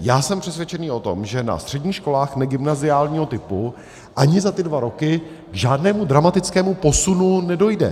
Já jsem přesvědčený o tom, že na středních školách negymnaziálního typu ani za ty dva roky k žádnému dramatickému posunu nedojde.